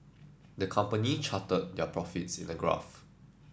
the company charted their profits in a graph